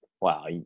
Wow